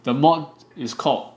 the mod is called